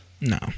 No